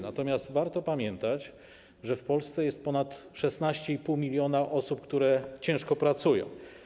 Natomiast warto pamiętać, że w Polsce jest ponad 16,5 mln osób, które ciężko pracują.